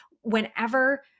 Whenever